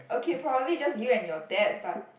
okay probably just you and your dad but